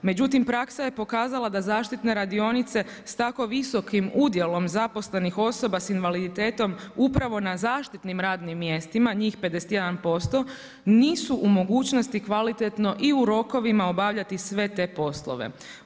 Međutim, praksa je pokazala da zaštitne radionice s tako visokim udjelom zaposlenih osoba s invaliditetom, upravo na zaštitnim radnim mjestima, njih 51%, nisu u mogućnosti kvalitetno i u rokovima obavljati sve te poslove.